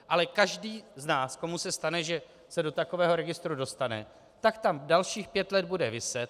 Ale každý z nás, komu se stane, že se do takového registru dostane, tak tam dalších pět let bude viset.